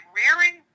rearing